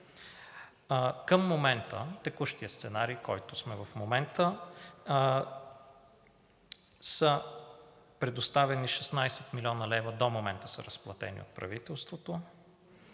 Към момента текущият сценарий, който сме в момента, са предоставени 16 млн. лв. – до момента са разплатени от правителството.